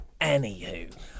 Anywho